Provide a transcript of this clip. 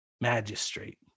magistrate